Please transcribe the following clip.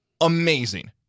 Amazing